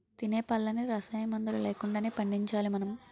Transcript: తినే పళ్ళన్నీ రసాయనమందులు లేకుండానే పండించాలి మనం